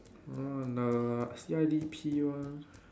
uh the C_I_D_P one